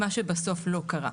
מה שבסוף לא קרה.